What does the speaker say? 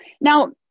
now